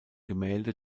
gemälde